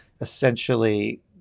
essentially